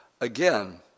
again